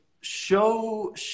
show